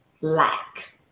lack